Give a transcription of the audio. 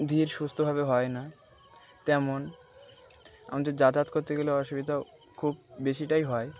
ধীর সুস্থভাবে হয় না তেমন আমাদের যাতায়াত করতে গেলে অসুবিধাও খুব বেশিটাই হয়